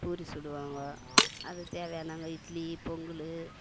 பூரி சுடுவாங்கோ அது தேவையான நாங்கள் இட்லி பொங்கல்